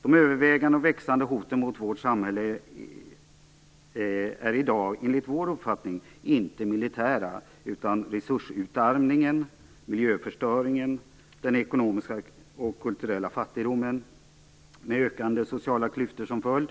De övervägande och växande hoten mot vårt samhälle är i dag enligt vår uppfattning inte militära, utan de utgörs av resursutarmningen, miljöförstöringen, den ekonomiska och kulturella fattigdomen med ökande sociala klyftor som följd.